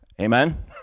amen